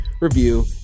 review